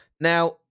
Now